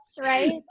right